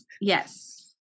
yes